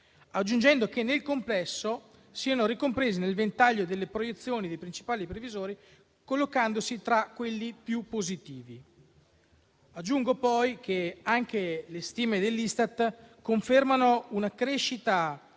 aggiungendo che, nel complesso, siano ricomprese nel ventaglio delle proiezioni dei principali previsori, collocandosi tra quelli più positivi. Aggiungo poi che anche le stime dell'Istat confermano una crescita